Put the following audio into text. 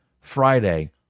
Friday